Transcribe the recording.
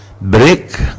break